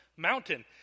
mountain